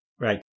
Right